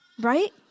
right